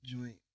joint